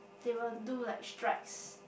they will do like strikes